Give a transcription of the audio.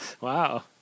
Wow